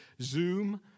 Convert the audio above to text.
Zoom